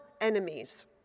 enemies